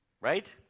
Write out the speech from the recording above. Right